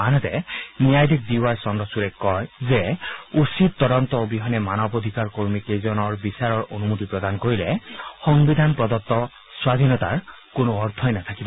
আনহাতে ন্যায়াধীশ D Y চন্দ্ৰচুড়ে কয় যে উচিত তদন্ত অবিহনে মানৱ অধিকাৰ কৰ্মী কেইজনৰ বিচাৰৰ অনুমতি প্ৰদান কৰিলে সংবিধান প্ৰদত্ত স্বাধীনতাৰ কোনো অৰ্থই নাথাকিব